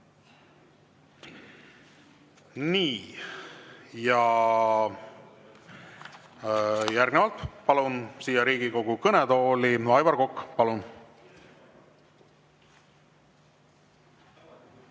Järgnevalt palun siia Riigikogu kõnetooli Aivar Koka. Palun!